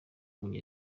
muri